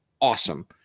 awesome